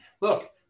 look